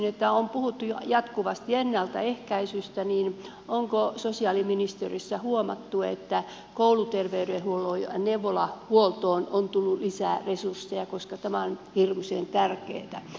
kun on puhuttu jatkuvasti ennaltaehkäisystä onko sosiaaliministeriössä huomattu että kouluterveydenhuoltoon ja neuvolahuoltoon on tullut lisää resursseja koska tämä on hirmuisen tärkeätä